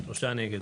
3 נמנעים,